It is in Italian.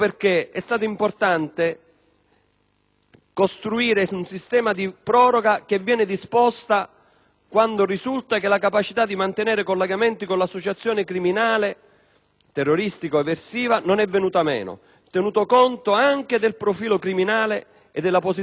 importante costruire un sistema di proroga che viene disposto quando risulta che la capacità di mantenere i collegamenti con l'associazione criminale, terroristica o eversiva, non è venuta meno, tenuto conto anche del profilo criminale e della posizione rivestita dal soggetto in seno